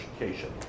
education